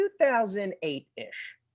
2008-ish